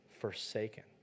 forsaken